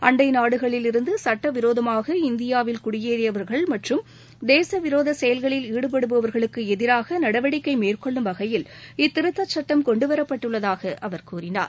அண்டை நாடுகளிலிருந்து சுட்டவிரோதமாக இந்தியாவில் குடியேறியவர்கள் மற்றும் தேசவிரோத செயல்களில் ஈடுபடுபவர்களுக்கு எதிராக நடவடிக்கை மேற்கொள்ளும் வகையில் இத்திருத்தச் சுட்டம் கொண்டுவரப்பட்டுள்ளதாக அவர் கூறினார்